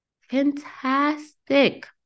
Fantastic